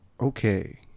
okay